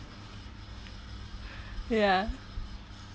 ya